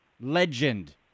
legend